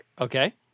Okay